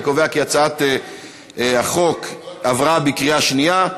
אני קובע כי הצעת החוק עברה בקריאה שנייה.